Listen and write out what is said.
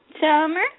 Summer